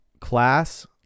class